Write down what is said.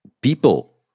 people